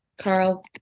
Carl